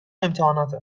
امتحاناتت